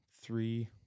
three